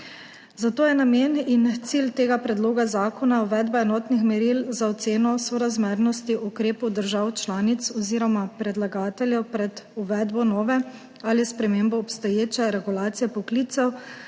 Zato je namen in cilj tega predloga zakona uvedba enotnih meril za oceno sorazmernosti ukrepov držav članic oziroma predlagateljev pred uvedbo nove ali spremembo obstoječe regulacije poklicev